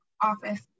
office